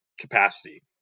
capacity